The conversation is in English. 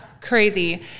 Crazy